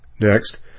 Next